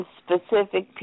specific